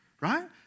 Right